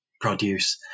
produce